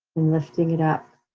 lifting it up,